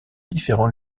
différents